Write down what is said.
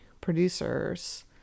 producers